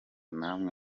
namwe